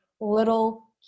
little